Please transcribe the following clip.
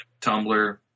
Tumblr